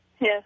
Yes